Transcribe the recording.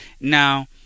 now